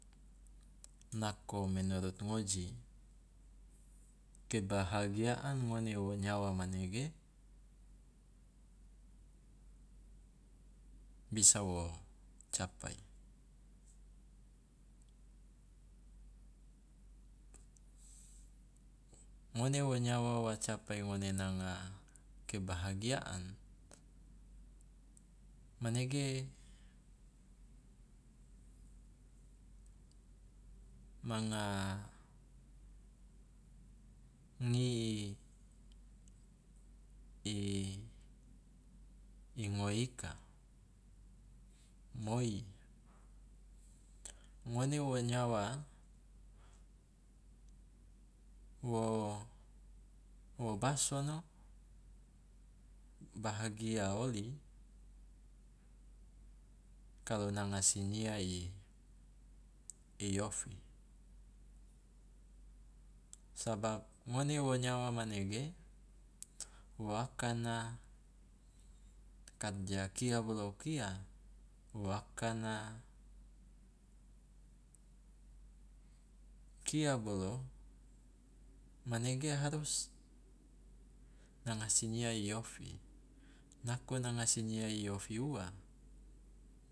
Nako menurut ngoji kebahagiaan ngone wo nyawa manege bisa wo capai. Ngone wo nyawa wa capai ngone nanga kebahagiaan, manege manga ngi i i ngoe ika. Moi, ngone wo nyawa wo wo basono bahagia oli kalu nanga sinyia i i ofi, sabab ngone wo nyawa manege wo akana karja kia bolo kia, wo akana kia bolo manege harus nanga sinyia i ofi nako nanga sinyia i ofi ua